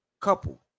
couple